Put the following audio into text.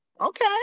Okay